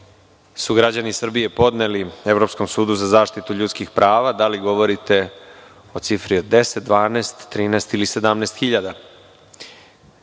su građani Srbije podneli Evropskom sudu za zaštitu ljudskih prava, da li govorite o cifri od 10, 12, 13 ili 17 hiljada.